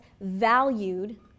valued